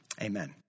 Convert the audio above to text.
Amen